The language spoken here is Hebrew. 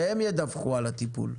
והם ידווחו על הטיפול.